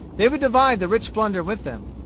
they would divide the rich plunder with them.